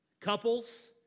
Couples